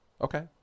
Okay